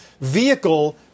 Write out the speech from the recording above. vehicle